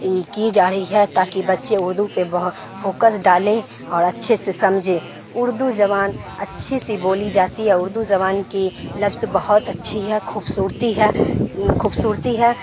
کی جا رہی ہے تاکہ بچے اردو پہ بہت فوکس ڈالے اور اچھے سے سمجھے اردو زبان اچھی سی بولی جاتی ہے اردو زبان کی لفظ بہت اچھی ہے خوبصورتی ہے خوبصورتی ہے